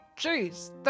jeez